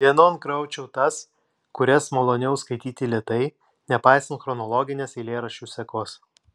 vienon kraučiau tas kurias maloniau skaityti lėtai nepaisant chronologinės eilėraščių sekos